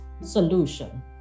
solution